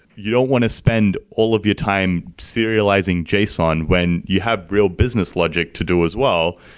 you don't want to spend all of your time serializing json when you have real business logic to do as well,